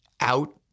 out